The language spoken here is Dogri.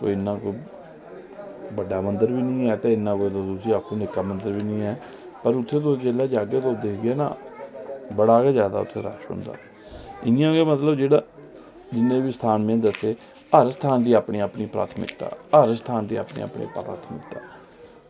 कोई इन्ना कोई बड्डा मंदर बी निं ऐ इन्ना कोई आक्खो निक्का मंदर बी निं ऐ पर उत्थें तुस जेल्लै जाह्गे ते दिखगे ना बड़ा गै जादै उत्थें रश होंदा इंया गै मतलब जेह्ड़ा देव स्थान न दिक्खे जेह्के हर स्थान दी अपनी अपनी प्राथमिकता